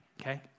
okay